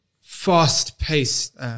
fast-paced